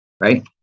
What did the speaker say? right